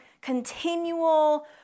continual